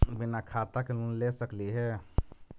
बिना खाता के लोन ले सकली हे?